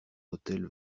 hôtel